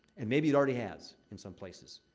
and maybe it already has, in some places.